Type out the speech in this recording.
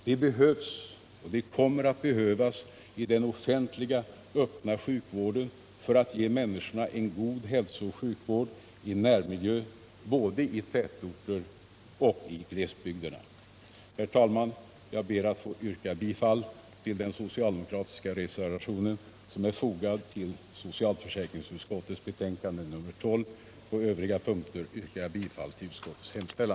De behövs och kommer att behövas i den offentliga = öppna sjukvården för att ge människorna en god hälsooch sjukvård Individuell taxe i närmiljö, både i tätorter och i glesbygder. bindning för vissa Herr talman! Jag ber att få yrka bifall till den socialdemokratiska re = privatpraktiserande yrkar jag bifall till vad utskottet hemställt.